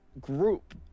group